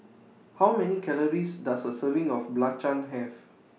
How Many Calories Does A Serving of Belacan Have